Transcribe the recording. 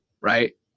right